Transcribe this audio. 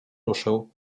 ruszył